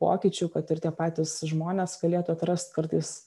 pokyčių kad ir tie patys žmonės galėtų atrast kartais